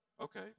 okay